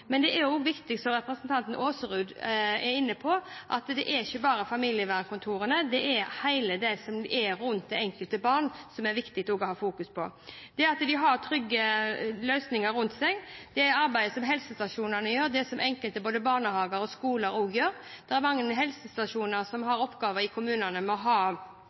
at det ikke bare er familievernkontorene, men også alt det som er rundt det enkelte barn, det er viktig å ha i fokus – det at de har trygge løsninger rundt seg, det arbeidet som helsestasjonene gjør, det som både enkelte barnehager og skoler gjør. Det er mange helsestasjoner som har i oppgave i kommunene å ha